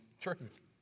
truth